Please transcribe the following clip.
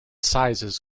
sizes